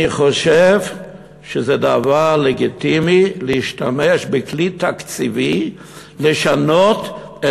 אני חושב שזה דבר לגיטימי להשתמש בכלי תקציבי לשנות את